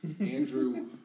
Andrew